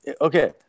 Okay